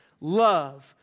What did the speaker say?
Love